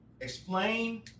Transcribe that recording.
explain